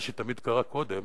מה שתמיד קרה קודם.